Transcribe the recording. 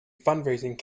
fundraising